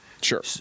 Sure